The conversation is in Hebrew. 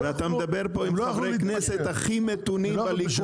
הם לא יוכלו להתפשר -- ואתה מדבר פה עם חברי הכנסת הכי מתונים בליכוד,